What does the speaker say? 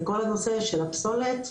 בכל הנושא של הפסולת,